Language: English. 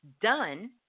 done